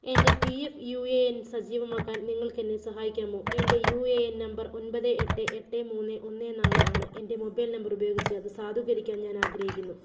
എൻ്റെ P F U A N സജീവമാക്കാൻ നിങ്ങൾക്ക് എന്നെ സഹായിക്കാമോ എൻ്റെ യു എ എൻ നമ്പർ ഒമ്പത് എട്ട് എട്ട് മൂന്ന് ഒന്ന് നാല് ആണ് എൻ്റെ മൊബൈൽ നമ്പർ ഉപയോഗിച്ചു അത് സാധൂകരിക്കാൻ ഞാൻ ആഗ്രഹിക്കുന്നു